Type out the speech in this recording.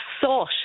thought